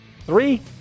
Three